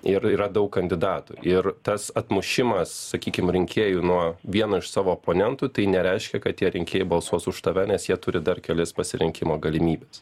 ir yra daug kandidatų ir tas atmušimas sakykim rinkėjų nuo vieno iš savo oponentų tai nereiškia kad tie rinkėjai balsuos už tave nes jie turi dar kelias pasirinkimo galimybes